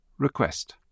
Request